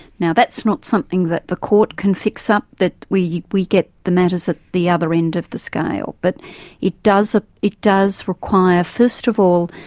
now, that's not something that the court can fix up, that we we get the matters at the other end of the scale, but it does. ah it does require, first of all,